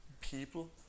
people